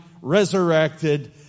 resurrected